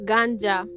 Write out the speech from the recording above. Ganja